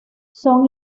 son